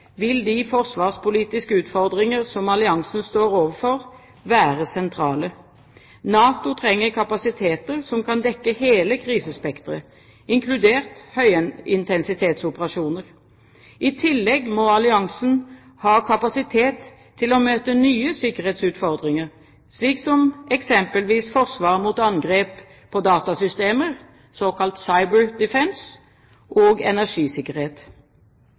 vil de forsvarspolitiske utfordringer som alliansen står overfor, være sentrale. NATO trenger kapasiteter som kan dekke hele krisespekteret, inkludert høyintensitetsoperasjoner. I tillegg må alliansen ha kapasitet til å møte nye sikkerhetsutfordringer, slik som eksempelvis forsvar mot angrep på datasystemer, såkalt Cyber Defence, og energisikkerhet.